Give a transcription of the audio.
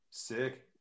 sick